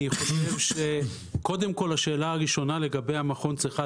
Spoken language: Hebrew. אני חושב שהשאלה הראשונה לגבי המכון צריכה